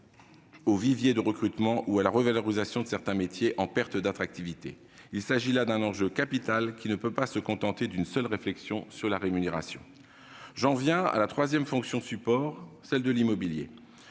au vivier de recrutement ou à la revalorisation de certains métiers en perte d'attractivité. Il s'agit là d'un enjeu capital, qui ne peut se contenter d'une seule réflexion sur la rémunération. J'en viens à la troisième fonction support : l'immobilier.